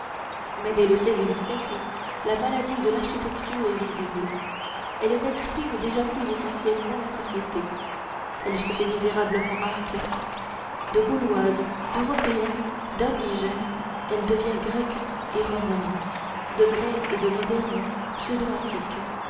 mais dès le seizième siècle la maladie de l'architecture est visible elle n'exprime déjà plus essentiellement la société elle se fait misérablement art classique de gauloise d'européenne d'indigène elle devient grecque et romaine de vraie et de moderne